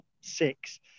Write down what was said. six